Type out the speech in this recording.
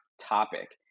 topic